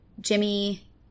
Jimmy